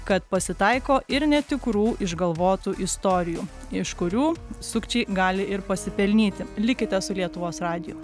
kad pasitaiko ir netikrų išgalvotų istorijų iš kurių sukčiai gali ir pasipelnyti likite su lietuvos radiju